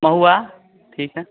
महुआ ठीक है